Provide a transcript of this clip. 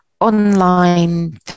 online